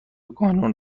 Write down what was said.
قانون